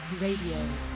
Radio